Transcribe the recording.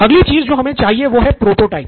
अगली चीज़ जो हमें चाहिए वह है प्रोटोटाइप